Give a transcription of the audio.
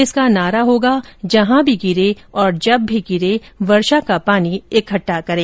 इसका नारा होगा जहां भी गिरे और जब भी गिरे वर्षा का पानी इकट्ठा करें